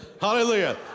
Hallelujah